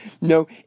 No